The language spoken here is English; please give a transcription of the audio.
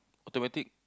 automatic